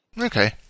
Okay